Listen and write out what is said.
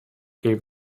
gave